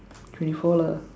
twenty four lah